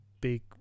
big